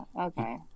Okay